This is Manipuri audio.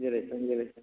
ꯈꯪꯖꯔꯦ ꯈꯪꯖꯔꯦ